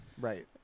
right